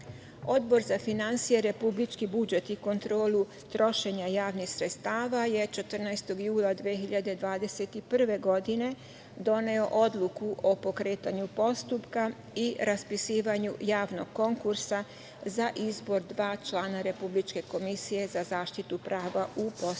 za finansije, republički budžet i kontrolu trošenja javnih sredstava je 14. jula 2021. godine doneo odluku o pokretanju postupka i raspisivanju javnog konkursa za izbor dva člana republičke Komisije za zaštitu prava u postupcima